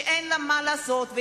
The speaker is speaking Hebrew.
שאין לה מה לעשות,